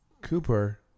Cooper